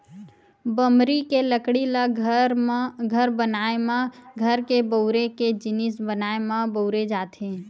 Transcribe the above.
बमरी के लकड़ी ल घर बनाए म, घर के बउरे के जिनिस बनाए म बउरे जाथे